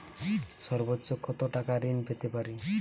সর্বোচ্চ কত টাকা ঋণ পেতে পারি?